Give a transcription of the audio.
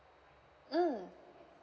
mm